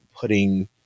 putting